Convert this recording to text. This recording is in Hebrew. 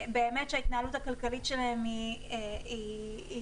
ההתנהלות הכלכלית שלהם היא רצינית,